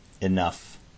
Enough